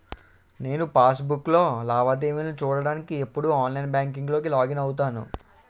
నేను పాస్ బుక్కులో లావాదేవీలు చూడ్డానికి ఎప్పుడూ ఆన్లైన్ బాంకింక్ లోకే లాగిన్ అవుతాను